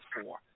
four